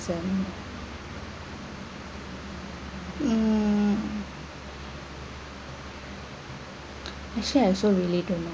sent mm actually I also really don't know